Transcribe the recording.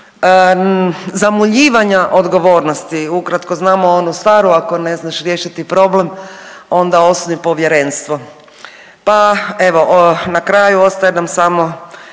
zamuljivanja odgovornosti, ukratko znamo onu staru, ako ne znaš riješiti problem onda osnuj povjerenstvo. Pa evo, na kraju, ostaje nam samo